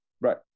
Right